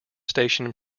station